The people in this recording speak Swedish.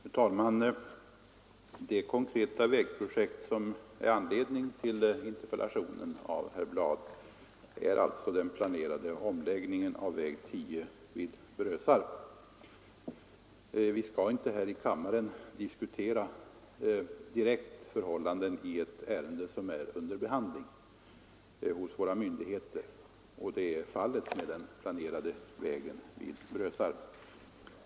Fru talman! Det konkreta vägprojekt som är anledning till interpellationen av herr Bladh är alltså den planerade omläggningen av väg 10 vid Brösarp. Vi skall inte här i kammaren diskutera direkt förhållanden i ett ärende som är under behandling hos våra myndigheter, och det är fallet med den planerade vägen vid Brösarp.